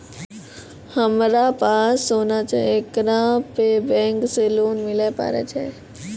हमारा पास सोना छै येकरा पे बैंक से लोन मिले पारे छै?